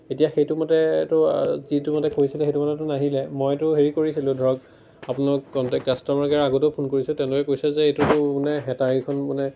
এতিয়া সেইটো মতে তো যিটো মতে কৈছিলে সেইটো মতেতো নাহিলে মইতো হেৰি কৰিছিলোঁ ধৰক আপোনালোকক কণ্টেক্ট কাষ্ট'মাৰ কেয়াৰত আগতেও ফোন কৰিছোঁ তেওঁলোকে কৈছে যে এইটোতো মানে হেতাগিখন মানে